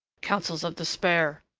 counsels of despair.